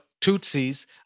Tootsie's